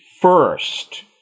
first